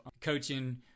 coaching